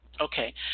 Okay